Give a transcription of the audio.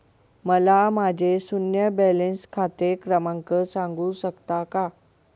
मला माझे शून्य बॅलन्स खाते क्रमांक सांगू शकता का?